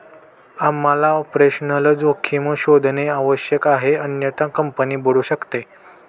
आम्हाला ऑपरेशनल जोखीम शोधणे आवश्यक आहे अन्यथा कंपनी बुडू शकते